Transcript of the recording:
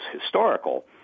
historical